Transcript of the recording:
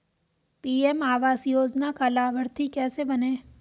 PM आवास योजना का लाभर्ती कैसे बनें?